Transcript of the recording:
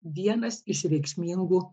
vienas iš reikšmingų